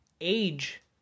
age